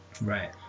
Right